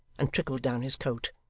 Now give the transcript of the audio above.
and trickled down his coat.